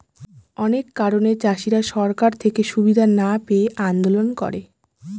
অনেক কারণে চাষীরা সরকার থেকে সুবিধা না পেয়ে আন্দোলন করে